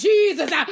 Jesus